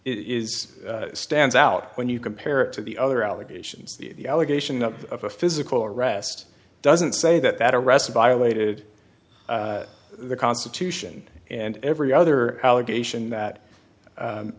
is stands out when you compare it to the other allegations the allegation of a physical arrest doesn't say that that arrest violated the constitution and every other allegation that